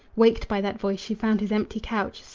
waked by that voice, she found his empty couch,